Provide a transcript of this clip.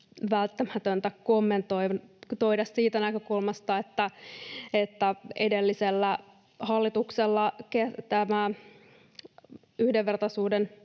välttämätöntä kommentoida siitä näkökulmasta, että edellisellä hallituksella Yhdenvertainen